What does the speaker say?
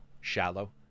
shallow